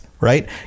Right